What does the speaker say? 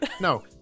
No